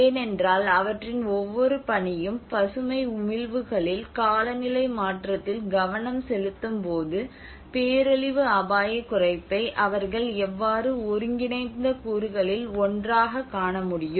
ஏனென்றால் அவற்றின் ஒவ்வொரு பணியும் பசுமை உமிழ்வுகளில் காலநிலை மாற்றத்தில் கவனம் செலுத்தும் போது பேரழிவு அபாயக் குறைப்பை அவர்கள் எவ்வாறு ஒருங்கிணைந்த கூறுகளில் ஒன்றாகக் காண முடியும்